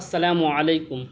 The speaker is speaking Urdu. السلام علیکم